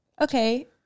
Okay